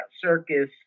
Circus